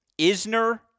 Isner